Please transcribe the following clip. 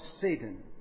Satan